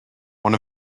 one